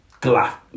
glass